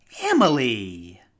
Emily